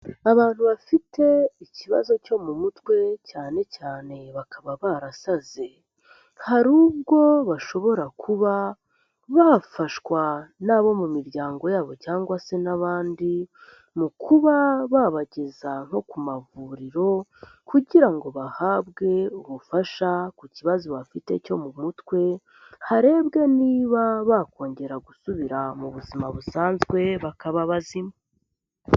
Abantu bafite ikibazo cyo mu mutwe cyane cyane bakaba barasaze, hari ubwo bashobora kuba bafashwa n'abo mu miryango yabo cyangwa se n'abandi, mu kuba babageza nko ku mavuriro, kugira ngo bahabwe ubufasha ku kibazo bafite cyo mu mutwe, harebwe niba bakongera gusubira mu buzima busanzwe bakaba bazima.